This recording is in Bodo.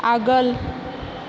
आगोल